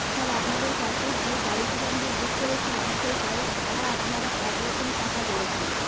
sir আপনাদের কাছে যে গাড়িটি আমরা বুক করেছিলাম সেই গাড়ির ভাড়া আপনারা এক রকম টাকা বলেছিলেন